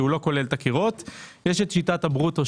שלא כולל את הקירות; השיטה השנייה היא שיטת הברוטו,